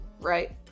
right